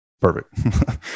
perfect